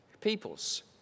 peoples